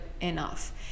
enough